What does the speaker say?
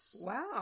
Wow